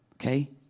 Okay